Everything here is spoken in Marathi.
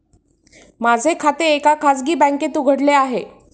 माझे खाते एका खाजगी बँकेत उघडले आहे